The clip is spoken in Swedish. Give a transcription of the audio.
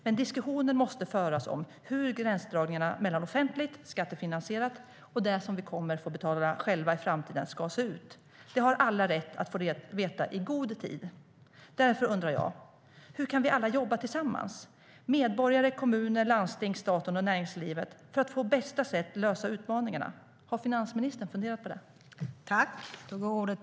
Men diskussionen måste föras om hur gränsdragningarna mellan offentligt, skattefinansierat, och det som vi kommer att få betala själva i framtiden ska se ut. Det har alla rätt att få veta i god tid. Därför undrar jag: Hur kan vi alla jobba tillsammans - medborgare, kommuner, landsting, staten och näringslivet - för att på bästa sätt lösa utmaningarna? Har finansministern funderat på det?